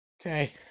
Okay